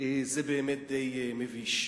זה באמת די מביש.